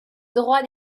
droits